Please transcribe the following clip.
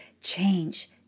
change